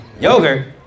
Yogurt